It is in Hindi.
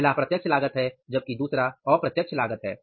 पहला प्रत्यक्ष लागत है और जबकि दूसरा अप्रत्यक्ष लागत है